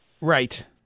Right